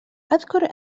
أذكر